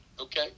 Okay